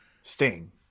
Sting